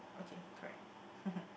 okay correct